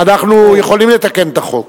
אנחנו יכולים לתקן את החוק.